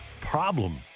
problem